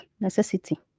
necessity